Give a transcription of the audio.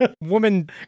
Woman